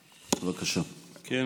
בבקשה.